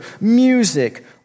music